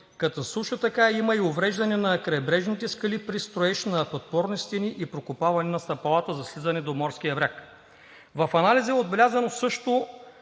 като също така има и увреждане на крайбрежните скали при строеж на подпорни стени и прокопаване на стъпала за слизане до морския бряг.“ В анализа е отбелязано също,